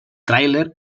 tràiler